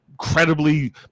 incredibly